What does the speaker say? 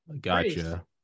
Gotcha